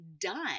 done